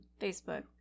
Facebook